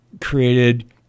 created